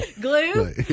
Glue